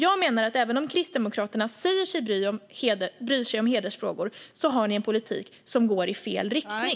Jag menar att även om Kristdemokraterna säger sig bry sig om hedersfrågor har de en politik som går i fel riktning.